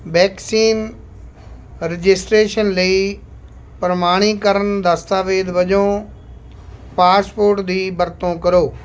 vaccine registration ਲਈ ਪ੍ਰਮਾਣੀਕਰਨ ਦਸਤਾਵੇਜ ਵੱਜੋਂ ਪਾਸਪੋਰਟ ਦੀ ਵਰਤੋਂ ਕਰੋ